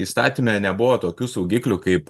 įstatyme nebuvo tokių saugiklių kaip